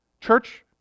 church